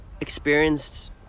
experienced